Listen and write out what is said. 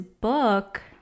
book